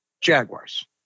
Jaguars